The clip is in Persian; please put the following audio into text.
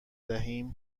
دهیم